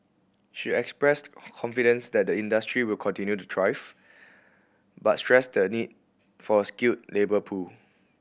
she expressed confidence that the industry will continue to thrive but stressed the need for a skilled labour pool